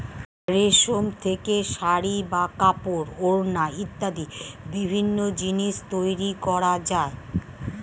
রেশম থেকে শাড়ী বা কাপড়, ওড়না ইত্যাদি বিভিন্ন জিনিস তৈরি করা যায়